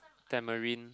tamarind